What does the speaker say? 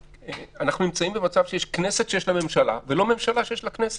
אנחנו נמצאים במצב שיש כנסת שיש לה ממשלה ולא ממשלה שיש לה כנסת.